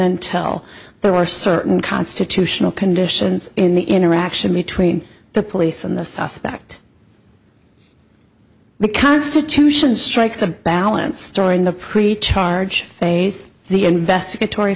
until there are certain constitutional conditions in the interaction between the police and the suspect the constitution strikes a balance storing the pre charge phase the investigator